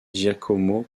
giacomo